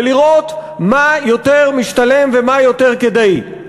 ולראות מה יותר משתלם ומה יותר כדאי.